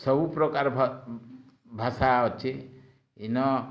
ସବୁ ପ୍ରକାର୍ ଭାଷା ଅଛି ଇନ